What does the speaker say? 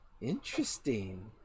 Interesting